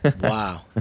Wow